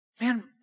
man